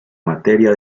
materia